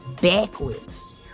backwards